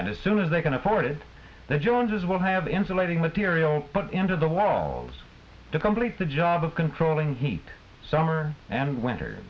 and as soon as they can afford it the joneses will have insulating material put into the walls to complete the job of controlling heat summer and winter